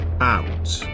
out